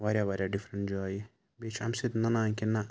واریاہ واریاہ ڈِفریٚنٛٹ جایہِ بیٚیہِ چھِ اَمہِ سۭتۍ نَنان کہِ نَہ